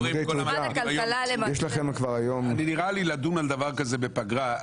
לדון בדבר כזה בפגרה,